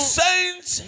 saints